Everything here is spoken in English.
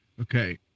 Okay